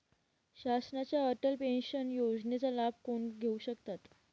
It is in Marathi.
शासनाच्या अटल पेन्शन योजनेचा लाभ कोण घेऊ शकतात?